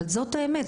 אבל זאת האמת,